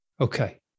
Okay